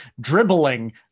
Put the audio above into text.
dribbling